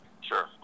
sure